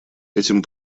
этим